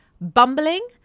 bumbling